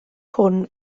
hwn